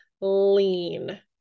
lean